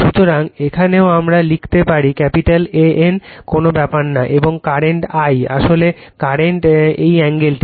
সুতরাং এখানেও আমরা লিখতে পারি ক্যাপিটাল A N কোন ব্যাপার না এবং কারেন্ট I আসলে কারণ এই এঙ্গেলটি